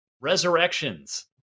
Resurrections